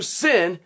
sin